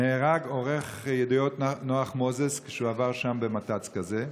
נהרג עורך ידיעות נח מוזס כשעבר שם במת"צ כזה.